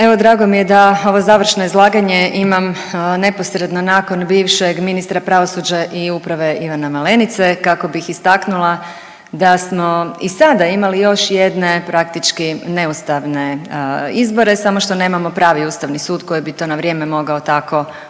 Evo, drago mi je da ovo završno izlaganje imam neposredno nakon bivšeg ministra pravosuđa i uprave Ivana Malenice kako bih istaknula da smo i sada imali još jedne praktički neustavne izbore, samo što nemamo pravi Ustavni sud koji bi to na vrijeme mogao tako otvoreno